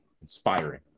inspiring